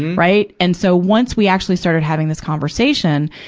right? and so, once we actually started having this conversation,